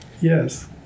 Yes